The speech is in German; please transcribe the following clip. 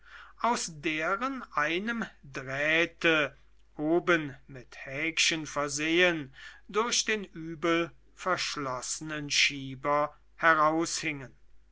aus deren einem drähte oben mit häkchen versehen durch den übel verschlossenen schieber